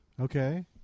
okay